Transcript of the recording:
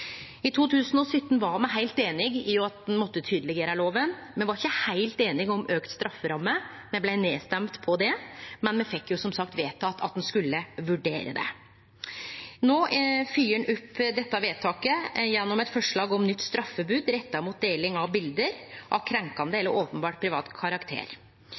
I 2017 var me heilt einige om at ein måtte tydeleggjere loven. Me var ikkje heilt einige om auka strafferamme, me blei nedrøysta på det, men me fekk som sagt vedteke at ein skulle vurdere det. No fylgjer ein opp dette vedtaket gjennom eit forslag om nytt straffebod retta mot deling av bilde av krenkande eller openbert privat karakter.